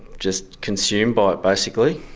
just consumed by it basically.